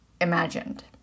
imagined